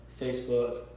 Facebook